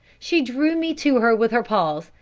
she drew me to her with her paws,